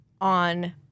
on